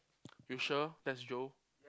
you sure that's Joe